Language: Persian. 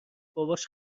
باباش